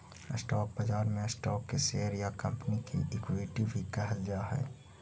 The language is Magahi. स्टॉक बाजार में स्टॉक के शेयर या कंपनी के इक्विटी भी कहल जा हइ